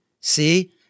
See